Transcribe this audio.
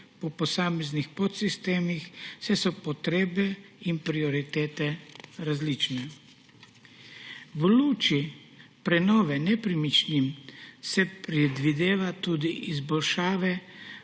po posameznih podsistemih, saj so potrebe in prioritete različne. V luči prenove nepremičnin se predvideva tudi izboljšave